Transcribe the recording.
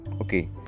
okay